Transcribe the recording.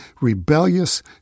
rebellious